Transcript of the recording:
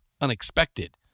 unexpected